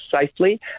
safely